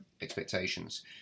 expectations